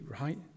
right